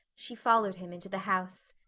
she followed him into the house.